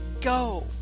go